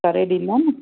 करे ॾींदा न